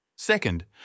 Second